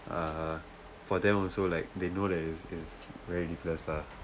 uh for them also like they know that it's it's very useless lah